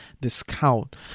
discount